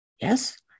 Yes